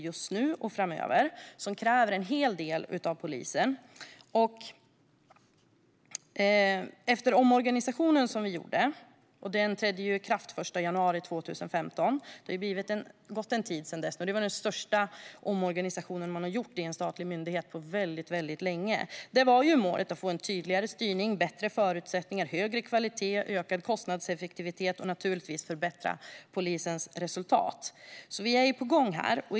Det gör det, och det kräver en hel del av polisen. Det har gått en tid sedan omorganisationen som vi gjorde trädde i kraft den 1 januari 2015. Det var den största omorganisationen i en statlig myndighet på väldigt länge. Målet var att få en tydligare styrning, bättre förutsättningar, högre kvalitet, ökad kostnadseffektivitet och naturligtvis förbättrade resultat. Vi är alltså på gång.